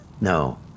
no